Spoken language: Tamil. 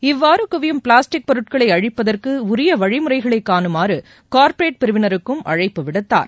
இவ்வாறு குவியும் பிளாஸ்டிக் பொருட்களை அழிப்பதற்கு உரிய வழிமுறைகளை கானுமாறு கார்ப்பரேட் பிரிவினருக்கும் அழைப்பு விடுத்தார்